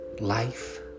life